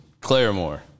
Claremore